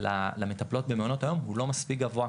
למטפלות במעונות היום הוא לא מספיק גבוה,